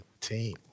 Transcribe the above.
team